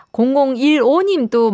0015님도